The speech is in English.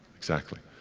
exactly.